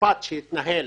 משפט שהתנהל